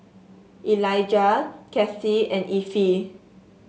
Elijah Cathi and Effie